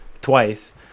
twice